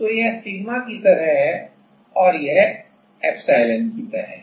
तो यह सिग्मा की तरह है और यह एप्सिलॉन है